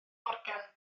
morgan